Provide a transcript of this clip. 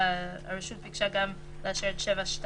הרשות ביקשה גם לאשר את 7(2)